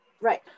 Right